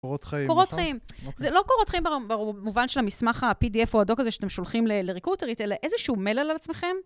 קורות חיים, זה לא קורות חיים במובן של מסמך ה-PDF או ה-Doc הזה שאתם שולחים לריקרוטרית, אלא איזשהו מייל על עצמכם